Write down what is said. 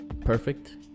perfect